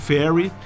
Ferry